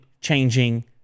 changing